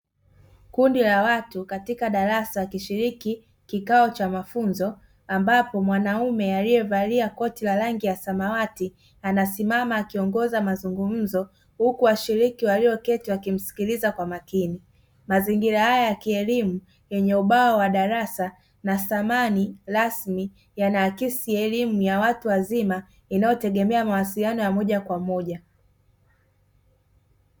Kundi la watu katika darasa wakishiriki kikao cha mafunzo ambapo mwanaume aliyevalia koti la rangi ya samawati anasimama akiongoza mazungumzo huku washiriki walioketi wakimsikikiza kwa makini. Mazingira haya ya kielimu yenye ubao wa darasa na samani rasmi yanaakisi elimu ya watu wazima inayotegemea mawasiliano ya moja kwa moja.